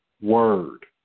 word